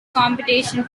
competition